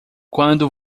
quando